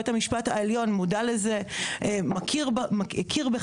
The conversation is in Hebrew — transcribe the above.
בית המשפט העליון מודע לזה הכיר בכך,